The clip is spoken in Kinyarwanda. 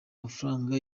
mafaranga